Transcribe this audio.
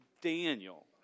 Daniel